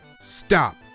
stop